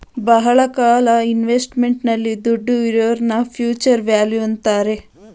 ಬಹಳ ಕಾಲ ಇನ್ವೆಸ್ಟ್ಮೆಂಟ್ ನಲ್ಲಿ ದುಡ್ಡು ಇರೋದ್ನ ಫ್ಯೂಚರ್ ವ್ಯಾಲ್ಯೂ ಅಂತಾರೆ